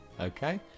okay